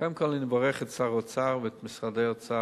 קודם כול, אני מברך את שר האוצר ואת משרד האוצר,